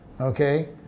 Okay